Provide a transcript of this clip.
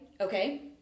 Okay